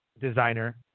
designer